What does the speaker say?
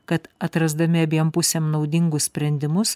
kad atrasdami abiem pusėm naudingus sprendimus